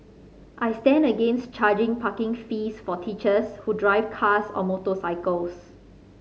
I stand against charging parking fees for teachers who drive cars or motorcycles